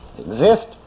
Exist